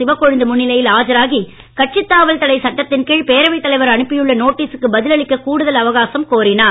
சிவக்கொழுந்து முன்னிலையில் ஆஜராகி கட்சித் தாவல் தடை சட்டத்தின் கீழ் பேரவைத் தலைவர் அனுப்பியுள்ள நோட்டீசுக்கு பதில் அளிக்க கூடுதல் அவகாசம் கோரினார்